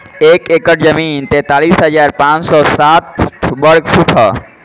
एक एकड़ जमीन तैंतालीस हजार पांच सौ साठ वर्ग फुट ह